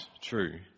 true